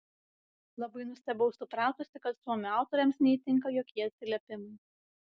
labai nustebau supratusi kad suomių autoriams neįtinka jokie atsiliepimai